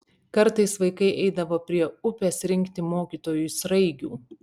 kartais vaikai eidavo prie upės rinkti mokytojui sraigių